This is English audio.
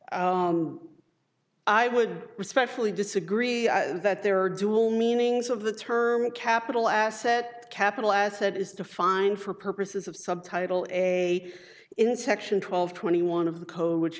i would respectfully disagree that there are dual meanings of the term capital asset capital asset is defined for purposes of subtitle a in section twelve twenty one of the code which